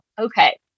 okay